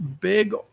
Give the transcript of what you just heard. big